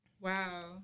Wow